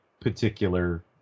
particular